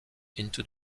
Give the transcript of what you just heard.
into